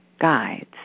guides